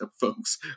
folks